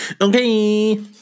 Okay